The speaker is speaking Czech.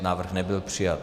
Návrh nebyl přijat.